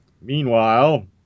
Meanwhile